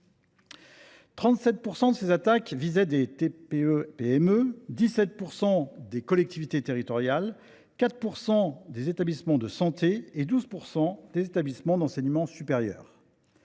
37 % de ces attaques visaient des TPE PME, 17 % des collectivités territoriales, 4 % des établissements de santé et 12 % des établissements d’enseignement supérieur.